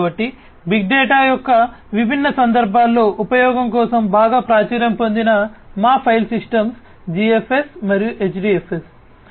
కాబట్టి big data యొక్క విభిన్న సందర్భాల్లో ఉపయోగం కోసం బాగా ప్రాచుర్యం పొందిన మా ఫైల్ సిస్టమ్స్ GFS మరియు HDFS